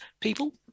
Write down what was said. people